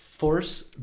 Force